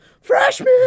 freshman